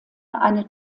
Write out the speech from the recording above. eine